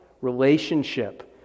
relationship